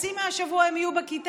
חצי מהשבוע הם יהיו בכיתה,